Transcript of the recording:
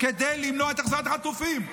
כדי למנוע את החזרת החטופים.